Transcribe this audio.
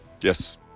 Yes